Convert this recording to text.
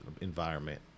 Environment